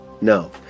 no